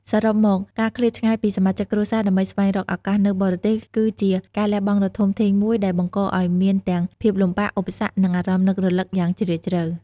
សរុបមក ការឃ្លាតឆ្ងាយពីសមាជិកគ្រួសារដើម្បីស្វែងរកឱកាសនៅបរទេស គឺជាការលះបង់ដ៏ធំធេងមួយ ដែលបង្កឲ្យមានទាំងភាពលំបាក ឧបសគ្គ និងអារម្មណ៍នឹករលឹកយ៉ាងជ្រាលជ្រៅ។